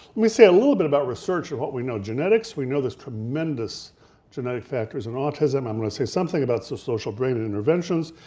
me say a little bit about research and what we know. genetics, we know there's tremendous genetic factors in autism, i'm gonna say something about so social brain and interventions,